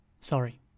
Sorry